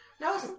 No